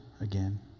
again